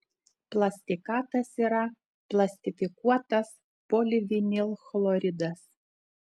plastikatas yra plastifikuotas polivinilchloridas